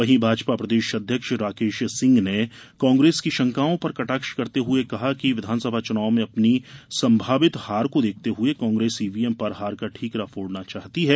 वहीं भाजपा प्रदेश अध्यक्ष राकेश सिंह ने कांग्रेस की शंकाओ पर कटाक्ष करते हुए कहा है कि विधानसभा चुनाव में अपनी संभावित हार को देखते हुए कांग्रेस ईवीएम पर हार का ठीकरा फोड़ना चाहती है